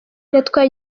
yatwaye